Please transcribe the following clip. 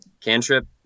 Cantrip